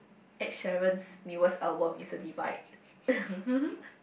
Ed-Sheeran newest album is a divide